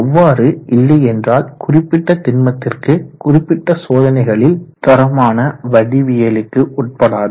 அவ்வாறு இல்லையென்றால் குறிப்பிட்ட திண்மத்திற்கு குறிப்பிட்ட சோதனைகளில் தரமான வடிவியலுக்கு உட்படாது